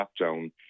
lockdown